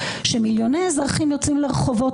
שמיליוני אזרחים יוצאים לרחובות,